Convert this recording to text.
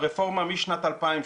הרפורמה משנת 2000,